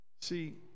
See